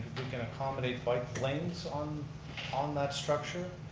we can accommodate bike lanes on on that structure.